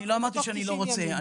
לא אמרתי שאני לא רוצה.